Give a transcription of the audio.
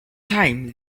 time